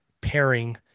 pairing